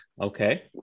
Okay